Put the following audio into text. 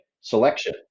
selection